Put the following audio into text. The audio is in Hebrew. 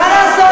מה לעשות.